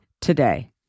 today